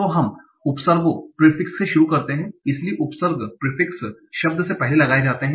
तो हम उपसर्गों प्रिफिक्स से शुरू करते हैं इसलिए उपसर्ग प्रिफिक्स शब्द से पहले लगाए जाते हैं